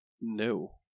No